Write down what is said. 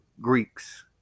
Greeks